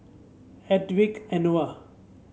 Hedwig Anuar